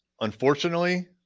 unfortunately